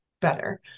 better